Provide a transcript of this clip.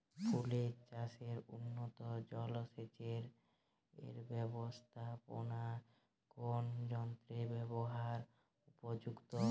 ফুলের চাষে উন্নত জলসেচ এর ব্যাবস্থাপনায় কোন যন্ত্রের ব্যবহার উপযুক্ত?